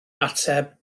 ateb